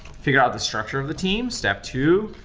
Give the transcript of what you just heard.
figuring out the structure of the team. step two,